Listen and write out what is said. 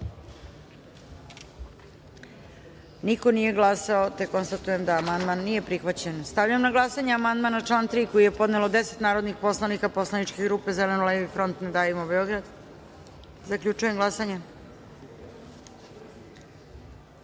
glasanje: za - niko. Konstatujem da amandman nije prihvaćen. Stavljam na glasanje amandman na član 9. koji je podnelo 10 narodnih poslanika poslaničke grupe Zeleno-levi front - Ne davimo Beograd. Zaključujem glasanje: